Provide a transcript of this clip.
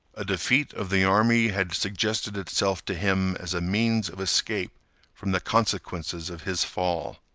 a defeat of the army had suggested itself to him as a means of escape from the consequences of his fall.